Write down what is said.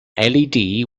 led